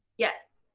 yes.